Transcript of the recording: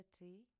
reality